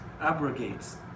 abrogates